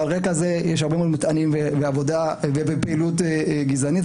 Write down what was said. ועל רקע זה יש הרבה מאוד מטענים ועבודה נגד פעילות גזענית,